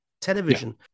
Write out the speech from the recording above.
television